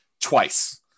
twice